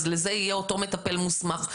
אז לזה יהיה אותו מטפל מוסמך,